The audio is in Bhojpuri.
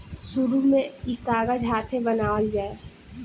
शुरु में ई कागज हाथे बनावल जाओ